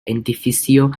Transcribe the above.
edificio